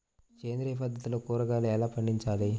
సేంద్రియ పద్ధతిలో కూరగాయలు ఎలా పండించాలి?